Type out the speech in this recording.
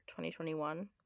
2021